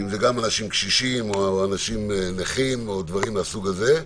וגם אנשים קשישים או אנשים נכים או דברים מהסוג הזה.